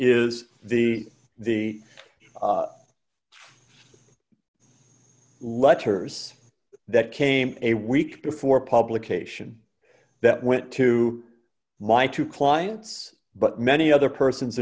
is the the letters that came a week before publication that went to my two clients but many other person